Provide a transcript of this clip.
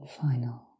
final